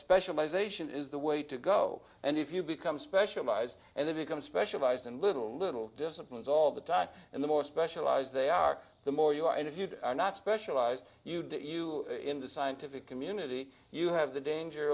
specialization is the way to go and if you become specialized and they become specialized and little little disciplines all the time and the more specialized they are the more you are and if you do not specialize you do you in the scientific community you have the danger